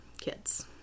kids